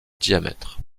diamètre